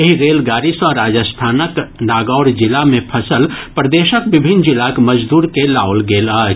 एहि रेल गाड़ी सँ राजस्थानक नागौर जिला मे फंसल प्रदेशक विभिन्न जिलाक मजदूर के लाओल गेल अछि